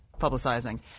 publicizing